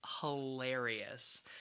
hilarious